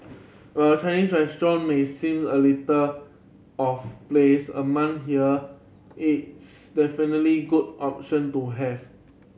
while a Chinese restaurant may seem a little of place among here it's definitely good option to have